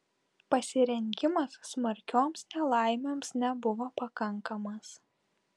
pasirengimas smarkioms nelaimėms nebuvo pakankamas